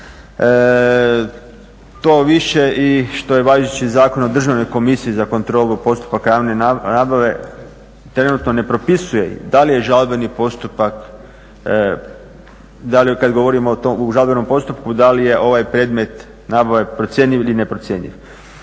To više i što je važeći Zakon o Državnoj komisiji za kontrolu postupaka javne nabave trenutno ne propisuje da li je žalbeni postupak, da li kada govorimo o žalbenom postupku da li je ovaj predmet nabave procjenjiv ili neprocjenjiv.